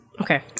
Okay